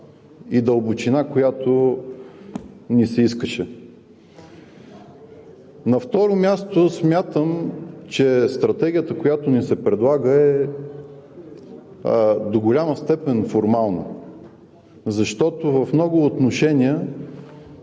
и дълбочина, която ни се искаше. На второ място смятам, че Стратегията, която ни се предлага, е до голяма степен формална, защото в много отношения